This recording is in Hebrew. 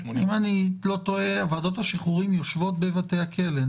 אם אני לא טועה, ועדות השחרורים יושבות בבתי הכלא.